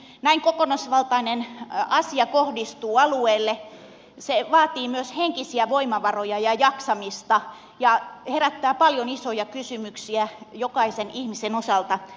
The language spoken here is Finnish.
kun näin kokonaisvaltainen asia kohdistuu alueelle se vaatii myös henkisiä voimavaroja ja jaksamista ja herättää paljon isoja kysymyksiä jokaisen ihmisen osalta